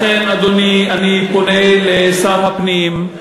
אני פונה לשר הפנים,